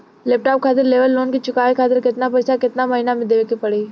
Laptop खातिर लेवल loan के चुकावे खातिर केतना पैसा केतना महिना मे देवे के पड़ी?